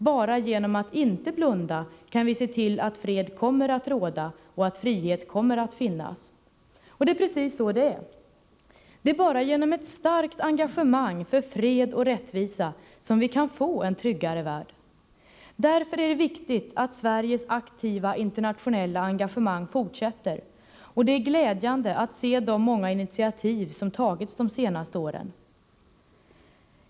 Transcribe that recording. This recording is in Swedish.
Bara genom att inte blunda kan vi se till att fred kommer att råda och att frihet kommer att finnas. Det är precis så det är. Det är bara genom ett starkt engagemang för fred och rättvisa som vi kan få en tryggare värld. Därför är det viktigt att Sveriges aktiva internationella engagemang fortsätter, och det är glädjande att se de många initiativ som tagits de senaste åren.